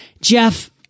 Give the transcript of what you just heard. Jeff